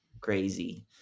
crazy